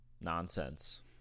nonsense